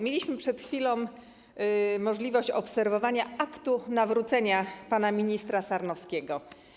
Mieliśmy przed chwilą możliwość obserwowania aktu nawrócenia się pana ministra Sarnowskiego.